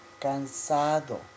cansado